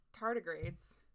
tardigrades